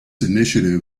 initiative